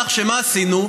כך ש-מה עשינו?